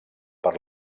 per